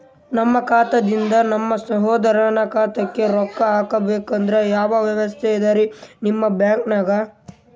ನಮ್ಮ ಖಾತಾದಿಂದ ನಮ್ಮ ಸಹೋದರನ ಖಾತಾಕ್ಕಾ ರೊಕ್ಕಾ ಹಾಕ್ಬೇಕಂದ್ರ ಯಾವ ವ್ಯವಸ್ಥೆ ಇದರೀ ನಿಮ್ಮ ಬ್ಯಾಂಕ್ನಾಗ?